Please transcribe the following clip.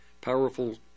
powerful